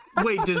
Wait